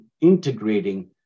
integrating